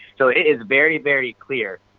so it is very very clear,